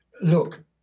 Look